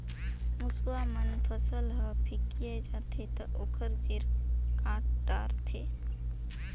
मूसवा मन फसल ह फिकिया जाथे त ओखर जेर काट डारथे